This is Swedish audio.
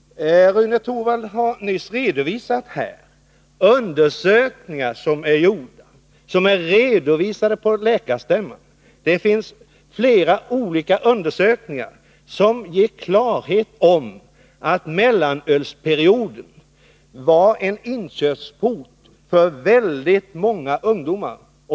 Rune Torwald har nyss redovisat undersökningar som är gjorda och som är redovisade på läkarstämman. Det finns flera olika undersökningar som ger klarhet om att mellanölsperioden var en inkörsport till alkoholmissbruk för väldigt många ungdomar.